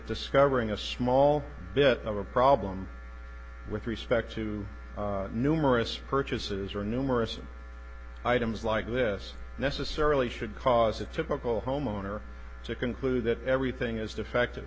discovering a small bit of a problem with respect to numerous purchases or numerous items like this necessarily should cause a typical homeowner to conclude that everything it's defective